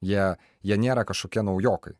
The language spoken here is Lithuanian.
jie jie nėra kažkokie naujokai